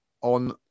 on